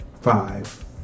five